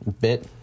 bit